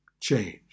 change